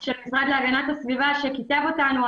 של המשרד להגנת הסביבה שכיתב אותנו,